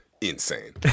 insane